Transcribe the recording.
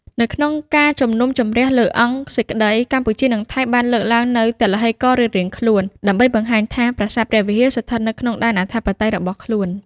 នៅក្នុងការជំនុំជម្រះលើអង្គសេចក្ដី កម្ពុជានិងថៃ បានលើកឡើងនូវទឡ្ហីកររៀងៗខ្លួន ដើម្បីបង្ហាញថា ប្រាសាទព្រះវិហារស្ថិតនៅក្នុងដែនអធិបតេយ្យរបស់ខ្លួន។